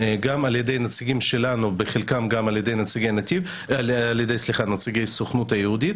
גם על ידי נציגים שלנו וחלקם גם על ידי נציגי הסוכנות היהודית